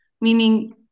meaning